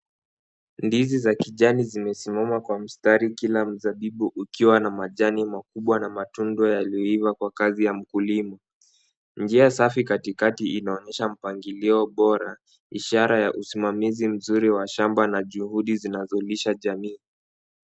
Ndizi za kijani zimesimama kwa mstari kila mzabibu ukiwa na majani makubwa na matunda yaliyoiva kwa kazi ya mkulima. Njia safi katikati inaonyesha mpangilio bora, ishara ya usimamizi mzuri wa shamba na juhudi zinazolisha jamii.